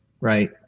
right